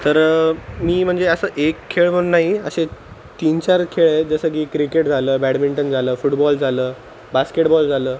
तर मी म्हणजे असं एक खेळ म्हणून नाही असे तीनचार खेळ आहेत जसं की क्रिकेट झालं बॅडमिंटन झालं फुडबॉल झालं बास्केडबॉल झालं